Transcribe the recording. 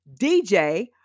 DJ